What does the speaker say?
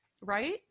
right